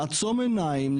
לעצום עיניים,